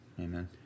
Amen